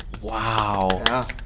Wow